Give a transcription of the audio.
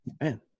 Man